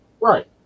Right